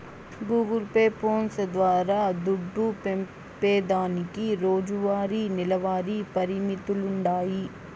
Google Pay, phones ద్వారా దుడ్డు పంపేదానికి రోజువారీ, నెలవారీ పరిమితులుండాయి